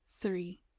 three